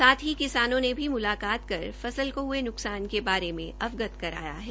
साथ ही किसानों ने भी मुलाकात कर फसल को हुए नुकसान के बारे में अवगत कराया है